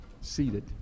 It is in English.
seated